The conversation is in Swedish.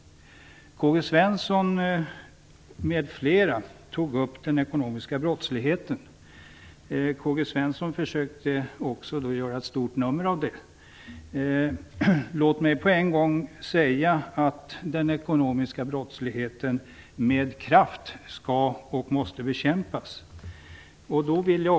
Karl-Gösta Svenson m.fl. tog upp frågan om den ekonomiska brottsligheten. Karl-Gösta Svenson försökte göra ett stort nummer av det. Den ekonomiska brottsligheten måste bekämpas med kraft.